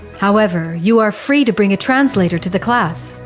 however you are free to bring a translator to the class.